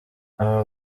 aba